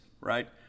right